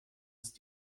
ist